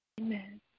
Amen